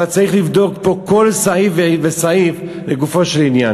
אבל צריך לבדוק פה כל סעיף וסעיף לגופו של עניין.